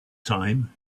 time